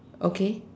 okay